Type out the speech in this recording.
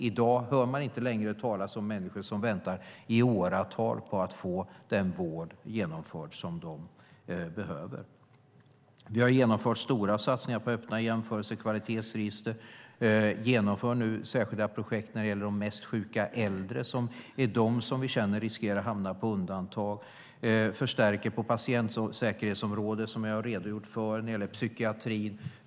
I dag hör man inte längre talas om människor som väntar i åratal på att få den vård utförd som de behöver. Vi har genomfört stora satsningar på öppna jämförelse och kvalitetsregister. Vi genomför nu särskilda projekt när det gäller de mest sjuka äldre, som vi känner är de som riskerar att hamna på undantag. Vi förstärker på patientsäkerhetsområdet, som jag har redogjort för, och när det gäller psykiatrin.